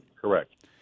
Correct